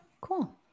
Cool